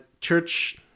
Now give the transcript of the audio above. church